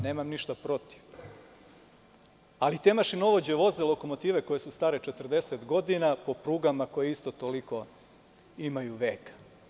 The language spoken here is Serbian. Nemam ništa protiv, ali te mašinovođe voze lokomotive koje su stare 40 godina po prugama koje isto toliko imaju veka.